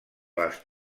les